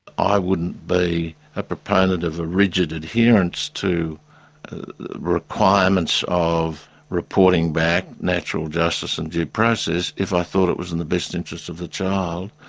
i wouldn't be a proponent of a rigid adherence to the requirements of reporting back natural justice in due process if i thought it was in the best interests of the child,